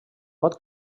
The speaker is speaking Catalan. pot